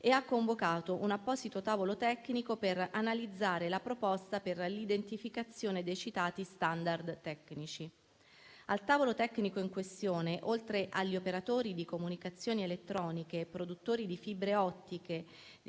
e ha convocato un apposito tavolo tecnico per analizzare la proposta per l'identificazione dei citati *standard* tecnici. Al tavolo tecnico in questione, oltre agli operatori di comunicazioni elettroniche, produttori di fibre ottiche